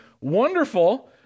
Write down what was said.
wonderful